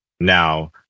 Now